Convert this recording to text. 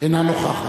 אינה נוכחת